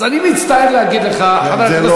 אז אני מצטער להגיד לך, גם זה